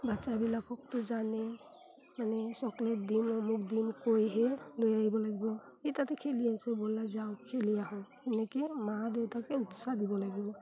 বাচ্ছাবিলাককতো জানে মানে চকলেট দিম অমুক দিম কৈহে লৈ আহিব লাগিব এই তাতে খেলি আছে ব'লা যাওঁ খেলি আহোঁ এনেকৈ মা দেউতাকে উৎসাহ দিব লাগিব